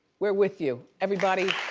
were with you. everybody,